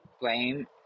blame